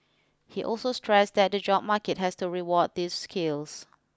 he also stressed that the job market has to reward these skills